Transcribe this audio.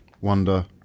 wonder